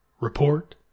report